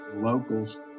locals